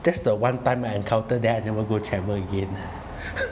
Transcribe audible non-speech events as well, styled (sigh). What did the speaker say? that's the one time I encounter then I never go travel again (laughs)